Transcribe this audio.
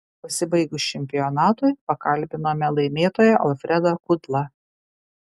pasibaigus čempionatui pakalbinome laimėtoją alfredą kudlą